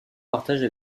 partage